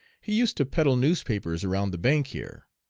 he used to peddle newspapers around the bank here.